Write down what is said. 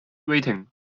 waiting